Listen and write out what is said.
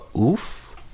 oof